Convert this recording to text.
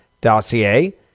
dossier